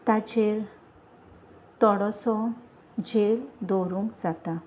ताचेर थोडोसो जेल दवरूंक जाता